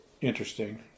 interesting